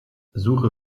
suche